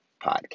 podcast